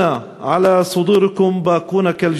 כאילו אנחנו עשרים,